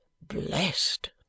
Blessed